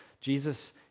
Jesus